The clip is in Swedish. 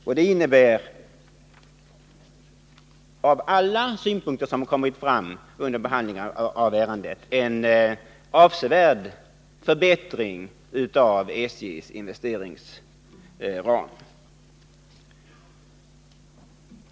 Detta innebär, enligt alla synpunkter som kommit fram under behandlingen av ärendet, en avsevärd förbättring av SJ:s investeringsram.